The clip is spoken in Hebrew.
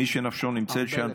מי שנפשו נמצאת שם,